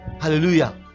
hallelujah